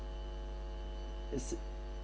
it's